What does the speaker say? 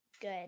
Good